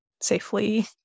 safely